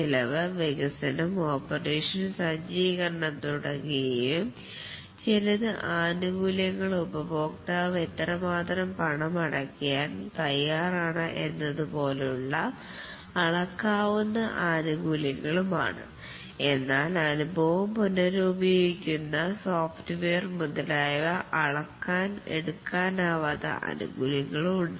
ചെലവ് വികസനം ഓപ്പറേഷൻ സജീകരണം തുടങ്ങിയവയും ചിലത് ആനുകൂല്യങ്ങൾ ഉപഭോക്താവ് എത്രമാത്രം പണം അടയ്ക്കാൻ തയ്യാറാണ് എന്നതുപോലുള്ള അളക്കാവുന്ന ആനുകൂല്യങ്ങളും ആണ് എന്നാൽ അനുഭവം പുനരുപയോഗിക്കാവുന്ന സോഫ്റ്റ്വെയർ മുതലായവ അളവ് എടുക്കാനാവത്ത ആനുകൂല്യങ്ങളുണ്ട്